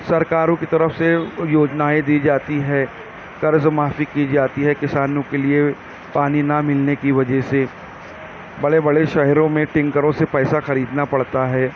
سرکاروں کی طرف سے یوجنائیں دی جاتی ہے قرض معافی کی جاتی ہے کسانوں کے لیے پانی نہ ملنے کی وجہ سے بڑے بڑے شہروں میں ٹینکروں سے پیسہ خریدنا پڑتا ہے